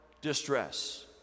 distress